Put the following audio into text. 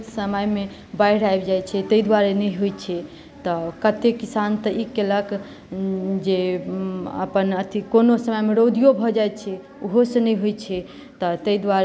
आत्महत्या कोनो समय मे बाढ़ि आबि जाइत छै ताहि दुआरे नहि होइत छै तऽ कतेक किसान तऽ ई केलक जे अपन अथि कोनो समयमे रौदियो भऽ जाइत छै ओहो सऽ नहि होइत छै